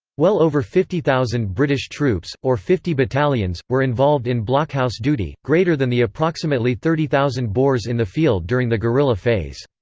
well over fifty thousand british troops, or fifty battalions, were involved in blockhouse duty, greater than the approximately thirty thousand boers in the field during the guerrilla phase.